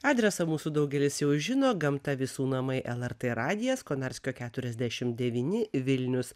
adresą mūsų daugelis jau žino gamta visų namai lrt radijas konarskio keturiasdešim devyni vilnius